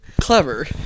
clever